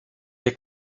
est